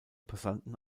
passanten